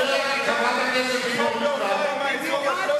עוד לא נולדה שיטה שהכריחה מנהיג, אולי היא שכחה.